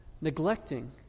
neglecting